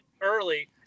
early